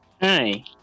Hi